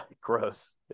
Gross